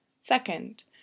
Second